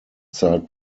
zeit